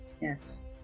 Yes